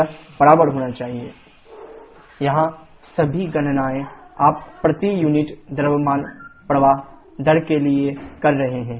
यह बराबर होना चाहिए qBh2 h1171340kJkg यहां सभी गणनाएं आप प्रति यूनिट द्रव्यमान प्रवाह दर के लिए कर रहे हैं